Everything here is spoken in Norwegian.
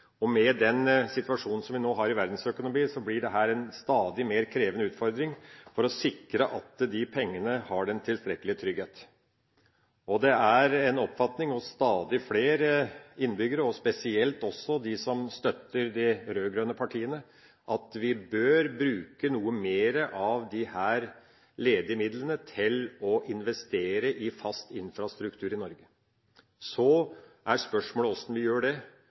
og med den situasjonen som vi nå har i verdensøkonomien, blir det en stadig mer krevende utfordring å sikre at de pengene har den tilstrekkelige trygghet. Det er en oppfatning hos stadig flere innbyggere, og spesielt hos dem som støtter de rød-grønne partiene, at vi bør bruke noe mer av disse ledige midlene til å investere i fast infrastruktur i Norge. Så er spørsmålet hvordan vi gjør det.